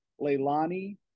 Leilani